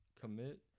commit